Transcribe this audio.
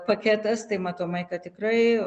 paketas tai matomai kad tikrai